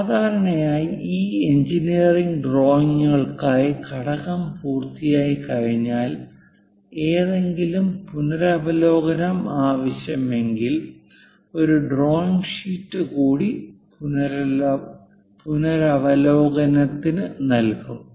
സാധാരണയായി ഈ എഞ്ചിനീയറിംഗ് ഡ്രോയിംഗുകൾക്കായി ഘടകം പൂർത്തിയായിക്കഴിഞ്ഞാൽ എന്തെങ്കിലും പുനരവലോകനം ആവശ്യമെങ്കിൽ ഒരു ഡ്രോയിംഗ് ഷീറ്റ് കൂടി പുനരവലോകനത്തിന് നൽകും